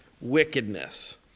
wickedness